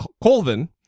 Colvin